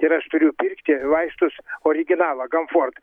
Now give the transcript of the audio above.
ir aš turiu pirkti vaistus originalą kamfort